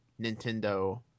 Nintendo